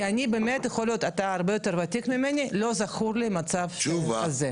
אתה הרבה יותר ותיק ממני, לא זכור לי מצב כזה.